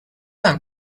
and